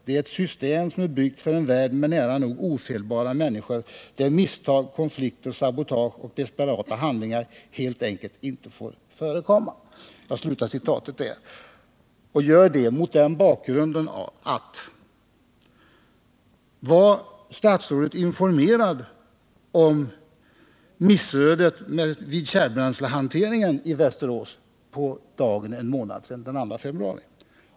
Det är ett system som är byggt för en värld med nära nog ofelbara människor där misstag, konflikter, sabotage och desperata handlingar helt enkelt inte får förekomma.” Jag slutar citatet där och frågar: Var statsrådet informerad om missödet vid kärnbränslehanteringen i Västerås för på dagen en månad sedan, den 2 februari?